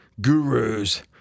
gurus